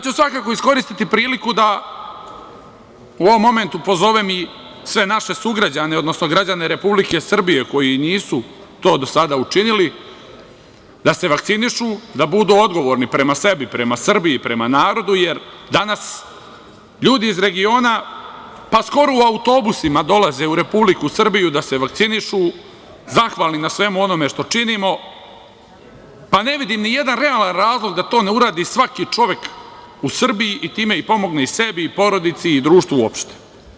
Svakako ću iskoristiti priliku da u ovom momentu pozovem i sve naše sugrađane, odnosno građane Republike Srbije, koji nisu to do sada učinili, da se vakcinišu, da budu odgovorni prema sebi, prema Srbiji, prema narodu, jer danas ljudi iz regiona, pa skoro u autobusima dolaze u Republiku Srbiju da se vakcinišu, zahvalni na svemu onome što činimo, pa ne vidim nijedan realan razlog da to ne uradi svaki čovek u Srbiji i time pomogne i sebi i porodici i društvu uopšte.